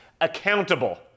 accountable